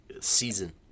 season